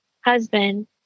husband